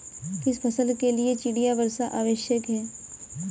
किस फसल के लिए चिड़िया वर्षा आवश्यक है?